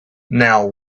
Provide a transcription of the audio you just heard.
now